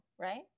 right